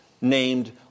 named